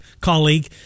colleague